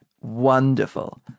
Wonderful